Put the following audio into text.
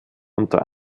unter